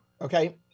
Okay